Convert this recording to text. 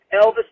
Elvis